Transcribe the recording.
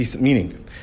Meaning